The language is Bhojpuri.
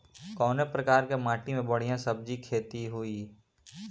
कवने प्रकार की माटी में बढ़िया सब्जी खेती हुई?